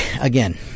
again